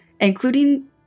Including